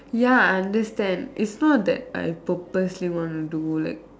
ya I understand it's not that I purposely want to do like